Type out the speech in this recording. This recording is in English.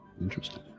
Interesting